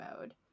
mode